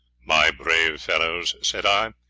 my brave fellows, said i,